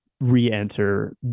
re-enter